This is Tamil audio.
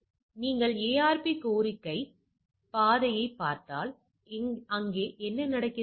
எனவே நீங்கள் ARP கோரிக்கை பாதையைப் பார்த்தால் என்ன நடக்கிறது